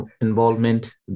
involvement